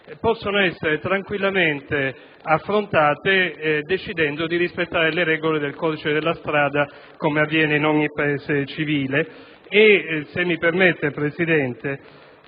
possono essere tranquillamente affrontate decidendo di rispettare le regole del codice della strada, come avviene in ogni Paese civile. Inoltre, se mi permette di dirlo,